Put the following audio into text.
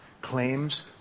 claims